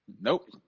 Nope